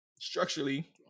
structurally